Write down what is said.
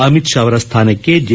ಅಮಿತ್ ಶಾ ಅವರ ಸ್ಥಾನಕ್ಕೆ ಜೆ